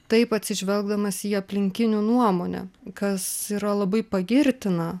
taip atsižvelgdamas į aplinkinių nuomonę kas yra labai pagirtina